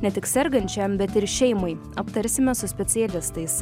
ne tik sergančiajam bet ir šeimai aptarsime su specialistais